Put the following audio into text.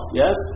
yes